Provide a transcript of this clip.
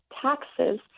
taxes